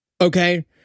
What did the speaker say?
Okay